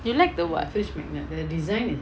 you like the what